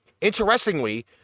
Interestingly